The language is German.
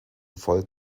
volk